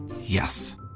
Yes